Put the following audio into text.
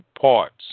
parts